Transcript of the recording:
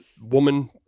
woman